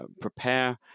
prepare